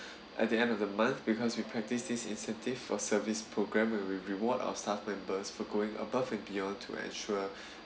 at the end of the month because we practice this incentive for service programme we will reward our staff members for going above and beyond to ensure